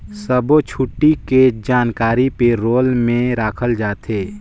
सब्बो छुट्टी के जानकारी पे रोल में रखल जाथे